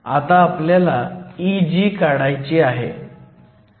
आता आपल्याला Eg काढायची आहे